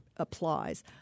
applies